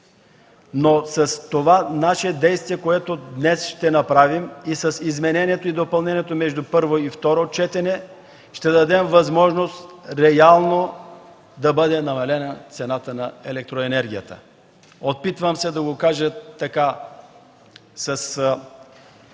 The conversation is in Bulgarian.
С това действие, което днес ще направим и с измененията и допълненията между първо и второ четене, ще дадем възможност реално да бъде намалена цената на електроенергията. Опитвам се да го кажа с